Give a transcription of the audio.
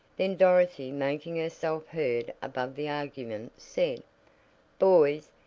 then dorothy, making herself heard above the argument, said boys,